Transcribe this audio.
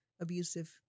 abusive